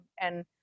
And-